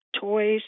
toys